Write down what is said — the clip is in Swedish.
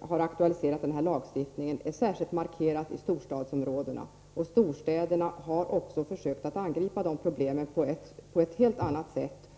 har aktualiserat frågan om den här lagstiftningen är särskilt markanta i storstadsområdena. Storstäderna har också försökt att angripa problemen på ett helt annat sätt.